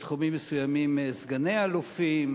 בתחומים מסוימים סגני אלופים,